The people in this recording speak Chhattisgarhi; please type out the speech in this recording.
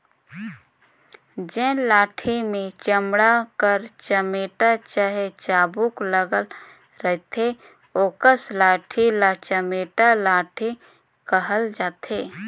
जेन लाठी मे चमड़ा कर चमेटा चहे चाबूक लगल रहथे ओकस लाठी ल चमेटा लाठी कहल जाथे